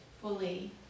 fully